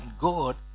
God